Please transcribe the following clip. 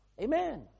Amen